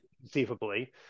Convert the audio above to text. conceivably